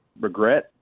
regret